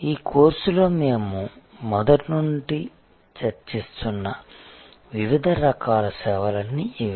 ఈ కోర్సులో మేము మొదటి నుండి చర్చిస్తున్న వివిధ రకాల సేవలన్నీ ఇవే